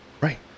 Right